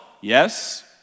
Yes